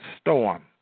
storm